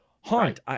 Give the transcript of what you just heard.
Haunt